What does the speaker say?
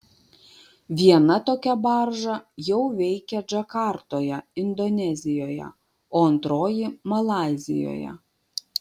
viena tokia barža jau veikia džakartoje indonezijoje o antroji malaizijoje